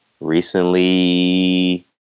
Recently